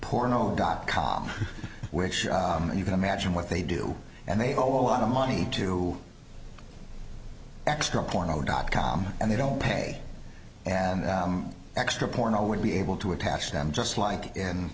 porno dot com where you can imagine what they do and they all out of money to extra porno dot com and they don't pay an extra porno would be able to attach them just like in